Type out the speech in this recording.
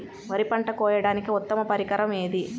వరి పంట కోయడానికి ఉత్తమ పరికరం ఏది?